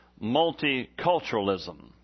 multiculturalism